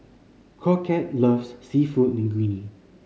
Crockett loves Seafood Linguine